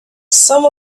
some